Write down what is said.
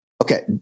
Okay